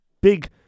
big